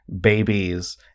babies